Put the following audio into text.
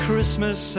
Christmas